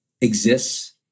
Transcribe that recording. exists